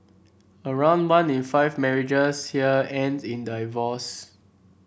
around one in five marriages here ends in divorce